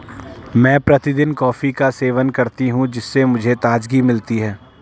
मैं प्रतिदिन कॉफी का सेवन करती हूं जिससे मुझे ताजगी मिलती है